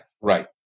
right